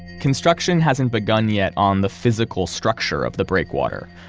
construction hasn't begun yet on the physical structure of the breakwater,